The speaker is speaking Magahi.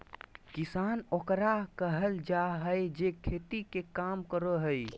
किसान ओकरा कहल जाय हइ जे खेती के काम करो हइ